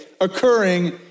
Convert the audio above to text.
occurring